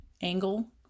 angle